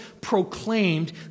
proclaimed